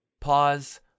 pause